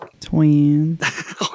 Twins